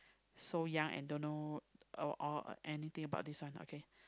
so young and don't know uh all anything about this one okay